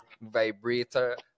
Vibrator